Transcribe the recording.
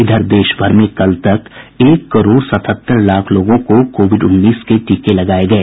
इधर देशभर में कल तक एक करोड़ सतहत्तर लाख लोगों को कोविड उन्नीस के टीके लगाए गए